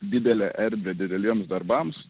didelę erdvę dideliems darbams